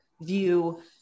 view